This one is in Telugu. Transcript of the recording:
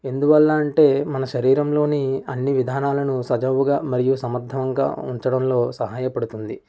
ఎందువల్ల అంటే మన శరీరంలోని అన్ని విధానాలను సజావుగా మరియు సమర్థంగా ఉంచడంలో సహాయపడుతుంది